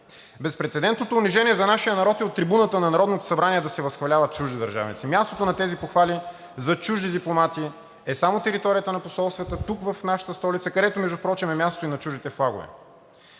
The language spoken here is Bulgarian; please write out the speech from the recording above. Безпрецедентното унижение за нашия народ е от трибуната на Народното събрание да се възхваляват чужди държавници. Мястото на тези похвали за чужди дипломати е само територията на посолствата тук в нашата столица, където, между впрочем, е мястото и на чуждите флагове.